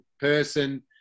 person